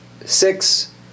six